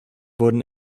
wurden